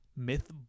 Myth